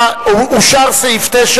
אושר סעיף 9,